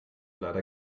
leider